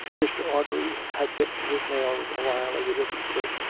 mr. audrey had bitten his nails a while as he listened to this,